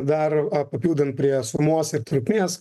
dar papildant prie sumos ir trukmės